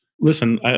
Listen